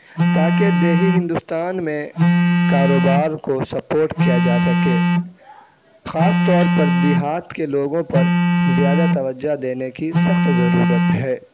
تاکہ دیہی ہندوستان میں کاروبار کو سپورٹ کیا جا سکے خاص طور پر دیہات کے لوگوں پر زیادہ توجہ دینے کی سخت ضرورت ہے